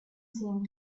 seemed